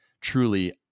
truly